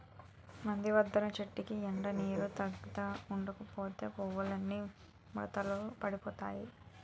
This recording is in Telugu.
నందివర్థనం చెట్టుకి ఎండా నీరూ తగినంత ఉండకపోతే పువ్వులన్నీ ముడతలు పడిపోతాయ్